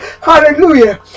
Hallelujah